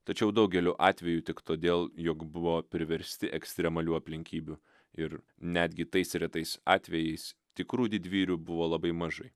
tačiau daugeliu atveju tik todėl jog buvo priversti ekstremalių aplinkybių ir netgi tais retais atvejais tikrų didvyrių buvo labai mažai